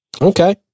Okay